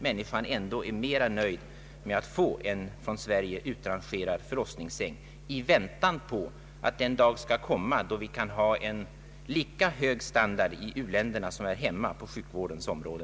Barnaföderskan i Kongo är nog nöjd med att få en från Sverige utrangerad förlossningssäng i väntan på att den dag skall komma då det är lika hög standard i u-länderna som här hemma på sjukvårdens område.